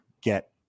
get